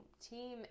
team